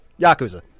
Yakuza